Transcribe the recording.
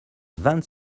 vingt